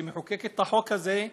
שמחוקקת את החוק הזה,